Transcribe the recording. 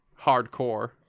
hardcore